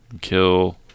kill